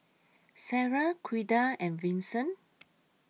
Sara Ouida and Vincent